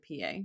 PA